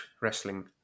wrestling